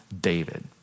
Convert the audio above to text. David